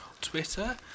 Twitter